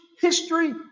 history